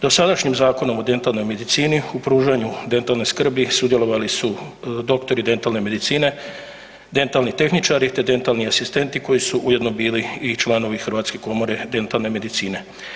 Dosadašnjim Zakonom o dentalnoj medicini u pružanju dentalne skrbi sudjelovali su doktori dentalne medicine, dentalni tehničari te dentalni asistenti koji su ujedno bili i članovi Hrvatske komore dentalne medicine.